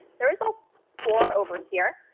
there is a score over here,